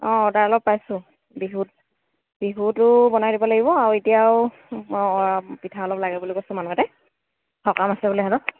অঁ তাৰ লগ পাইছোঁ বিহুত বিহুতো বনাই দিব লাগিব আৰু এতিয়াও অঁ অঁ পিঠা অলপ লাগে বুলি কৈছে মানুহ এটাই সকাম আছে বোলে সিহঁতৰ